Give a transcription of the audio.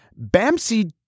Bamsi